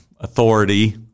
authority